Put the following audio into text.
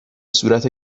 صورت